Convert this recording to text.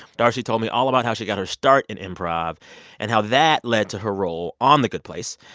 d'arcy told me all about how she got her start in improv and how that led to her role on the good place.